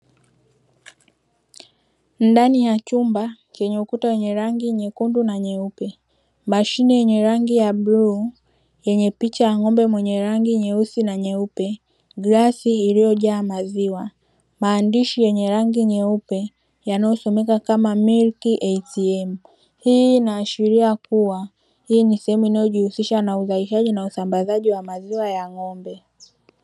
Ndani ya chumba chenye ukuta wenye rangi nyekundu na nyeupe. Mashine yenye rangi ya bluu yenye picha ya ngombe mwenye rangi nyeusi na nyeupe. Glasi iliyojaa maziwa maandishi yenye rangi nyeupe yanayosomeka kama'' milk a t m''. Hii inaashiria kuwa hii ni sehemu inayojihusisha na uzalishaji na usambazaji wa maziwa ya ng'ombe.